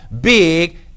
big